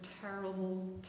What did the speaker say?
terrible